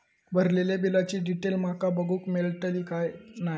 भरलेल्या बिलाची डिटेल माका बघूक मेलटली की नाय?